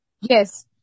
Yes